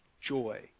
joy